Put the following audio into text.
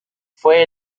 fue